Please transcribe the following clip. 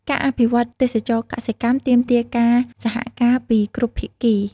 ការអភិវឌ្ឍទេសចរណ៍កសិកម្មទាមទារការសហការពីគ្រប់ភាគី។